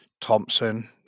Thompson